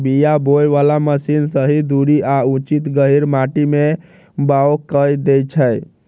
बीया बोय बला मशीन सही दूरी आ उचित गहीर माटी में बाओ कऽ देए छै